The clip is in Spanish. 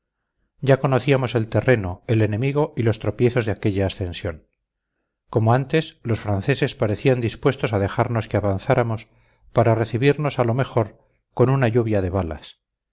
ya conocíamos el terreno el enemigo y los tropiezos de aquella ascensión como antes los franceses parecían dispuestos a dejarnos que avanzáramos para recibirnos a lo mejor con una lluvia de balas